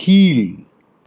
கீழ்